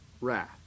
wrath